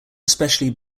especially